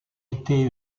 été